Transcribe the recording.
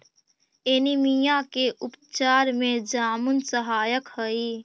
anaemia के उपचार में जामुन सहायक हई